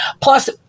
Plus